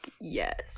Yes